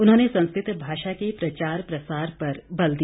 उन्होंने संस्कृत भाषा के प्रचार प्रसार पर बल दिया